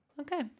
Okay